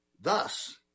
thus